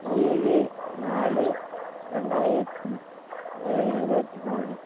ஏழு நாலு ரெண்டாயிரத்தி இருபத்தி மூணு